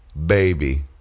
Baby